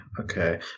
Okay